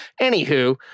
Anywho